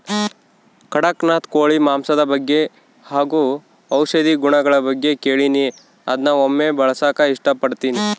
ಕಡಖ್ನಾಥ್ ಕೋಳಿ ಮಾಂಸದ ಬಗ್ಗೆ ಹಾಗು ಔಷಧಿ ಗುಣಗಳ ಬಗ್ಗೆ ಕೇಳಿನಿ ಅದ್ನ ಒಮ್ಮೆ ಬಳಸಕ ಇಷ್ಟಪಡ್ತಿನಿ